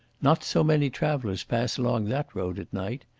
not so many travellers pass along that road at night.